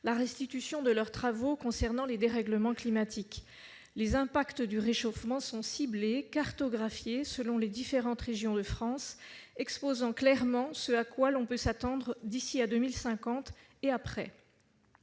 la prospective, leurs travaux concernant les dérèglements climatiques. Les impacts du réchauffement sont ciblés, cartographiés selon les différentes régions de France, exposant clairement ce à quoi l'on peut s'attendre d'ici à 2050 et après.